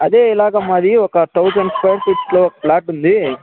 అదే ఇలాగ మాది ఒక థౌజండ్ స్క్వేర్ ఫీట్స్లో ఒక ఫ్లాట్ ఉంది